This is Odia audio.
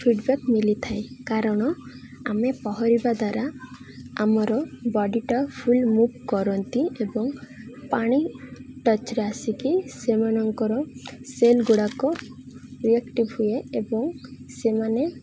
ଫିଡ଼ବ୍ୟାକ୍ ମିଲିଥାଏ କାରଣ ଆମେ ପହରିବା ଦ୍ୱାରା ଆମର ବଡ଼ିଟା ଫୁଲ୍ ମୁଭ୍ କରନ୍ତି ଏବଂ ପାଣି ଟଚ୍ରେ ଆସିକି ସେମାନଙ୍କର ସେଲ୍ ଗୁଡ଼ାକ ରିଆକ୍ଟିଭ୍ ହୁଏ ଏବଂ ସେମାନେ